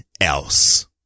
else